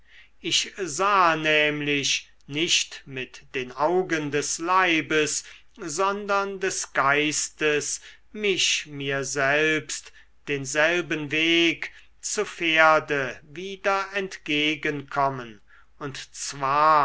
ich sah nämlich nicht mit den augen des leibes sondern des geistes mich mir selbst denselben weg zu pferde wieder entgegen kommen und zwar